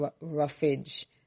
roughage